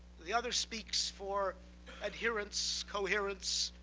the other speaks for adherence, coherence,